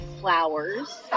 flowers